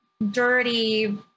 dirty